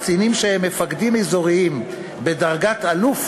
קצינים שהם מפקדים אזוריים בדרגת אלוף